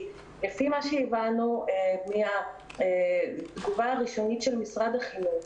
לפי מה שהבנו מהתגובה הראשונית של משרד החינוך,